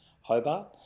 Hobart